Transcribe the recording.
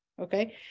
Okay